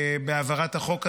בהעברת החוק הזה,